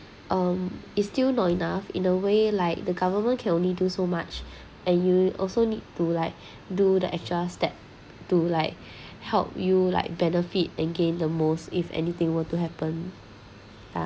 um it's still not enough in a way like the government can only do so much and you also need to like do the extra step to like help you like benefit and gain the most if anything were to happen ya